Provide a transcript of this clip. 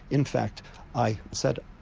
in fact i said,